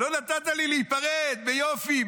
לא נתת לי להיפרד ביופי,